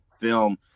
film